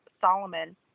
Solomon